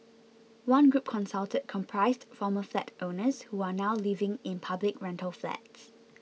one group consulted comprised former flat owners who are now living in public rental flats